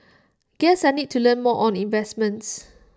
guess I need to learn more on investments